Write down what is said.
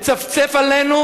מצפצף עלינו,